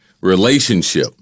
relationship